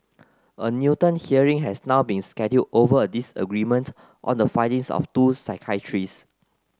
a Newton hearing has now been scheduled over a disagreement on the findings of two psychiatrists